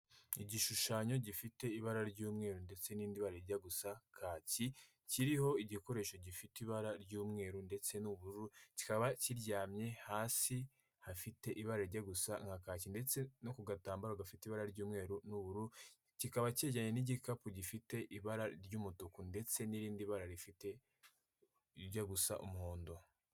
Igishushanyo gifite ibara ry'umweru ndetse n'irindi bara rijya gusa kaki, kiriho igikoresho gifite ibara ry'umweru ndetse n'ubururu, kikaba kiryamye hasi hafite ibara rijya gusa nka kaki ndetse no ku gatambaro gafite ibara ry'umweru n'ubururu, kikaba kegeranye n'igikapu gifite ibara ry'umutuku ndetse n'irindi bara rifite, rijya gusa umuhondo.